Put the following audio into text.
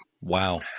Wow